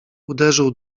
uderzył